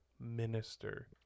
minister